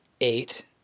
eight